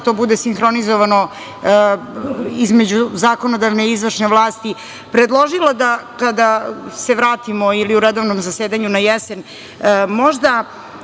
to bude sinhronizovano između zakonodavne i izvršne vlasti, predložila da kada se vratimo ili u redovnom zasedanju na jesen, možda